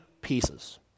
pieces